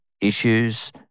issues